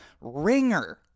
ringer